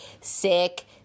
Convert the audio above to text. sick